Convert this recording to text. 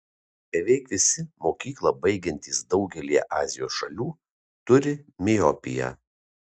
beveik visi mokyklą baigiantys daugelyje azijos šalių turi miopiją